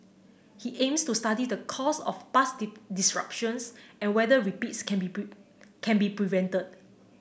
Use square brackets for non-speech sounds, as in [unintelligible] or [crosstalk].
he aims to study the cause of past [unintelligible] disruptions and whether repeats can be [unintelligible] can be prevented